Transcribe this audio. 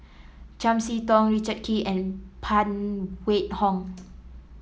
Chiam See Tong Richard Kee and Phan Wait Hong